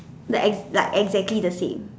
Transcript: the exact like exactly the same